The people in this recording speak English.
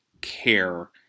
care